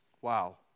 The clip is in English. Wow